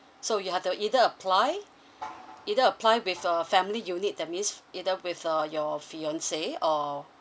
so you have to either apply either apply with a family unit that means either with uh your fiance or